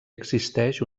existeix